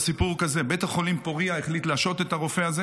הסיפור הוא כזה: בית החולים פוריה החליט להשעות את הרופא הזה,